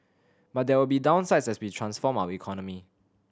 but there will be downsides as we transform our economy